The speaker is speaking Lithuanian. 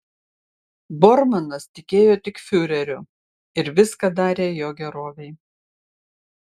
bormanas tikėjo tik fiureriu ir viską darė jo gerovei